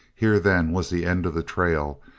here, then was the end of the trail,